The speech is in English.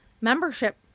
membership